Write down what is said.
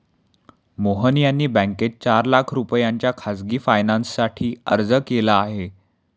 मोहन यांनी बँकेत चार लाख रुपयांच्या खासगी फायनान्ससाठी अर्ज केला आहे